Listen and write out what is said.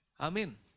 Amen